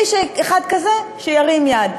אם יש אחד כזה, שירים יד.